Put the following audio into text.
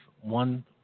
one